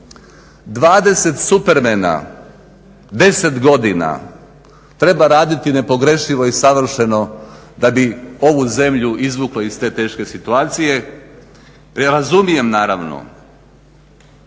20 Supermena 10 godina treba raditi nepogrešivo i savršeno da bi ovu zemlju izvuklo iz te teške situacije. Ja razumijem naravno